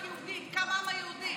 רק מזכירה,